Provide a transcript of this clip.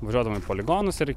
važiuodavom į poligonus ir